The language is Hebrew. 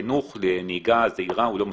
החינוך לנהיגה זהירה הוא לא מספיק,